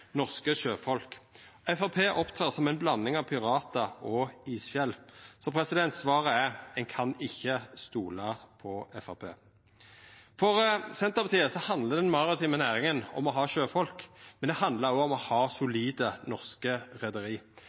norske sjøfolk. Framstegspartiet opptrer som ei blanding av piratar og isfjell. Så svaret er at ein ikkje kan stola på Framstegspartiet. For Senterpartiet handlar den maritime næringa om å ha sjøfolk, men også om å ha solide norske